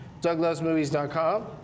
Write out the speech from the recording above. douglovesmovies.com